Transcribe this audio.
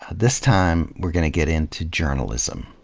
this time we're gonna get into journalism,